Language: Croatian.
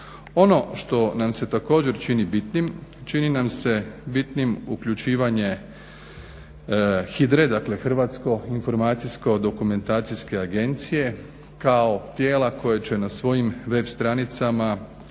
Ono što nam se također čini bitnim čini nam se bitnim uključivanje HIDRA-e dakle hrvatsko informacijsko dokumentacijske agencije kao tijela koje će na svojim web stranicama